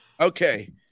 okay